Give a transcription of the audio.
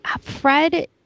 Fred